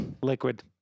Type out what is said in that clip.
Liquid